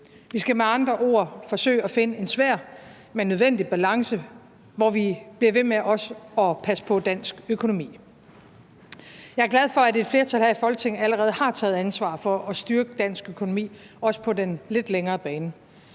Vi skal med andre ord forsøge at finde en svær, men nødvendig balance, hvor vi også bliver ved med at passe på dansk økonomi. Jeg er glad for, at et flertal her i Folketinget allerede har taget ansvar for at styrke dansk økonomi også på den lidt længere bane.